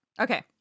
Okay